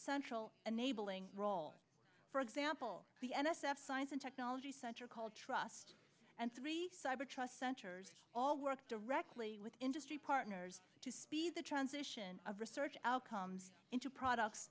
central unable ng role for example the n s f science and technology center called trust and three cyber trust centers all work directly with industry partners to speed the transition of research outcomes into products